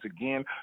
again